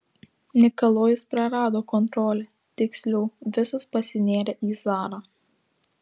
nikolajus prarado kontrolę tiksliau visas pasinėrė į zarą